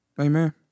amen